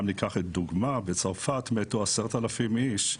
ניקח דוגמה: בצרפת מתו 10,000 איש,